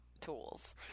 tools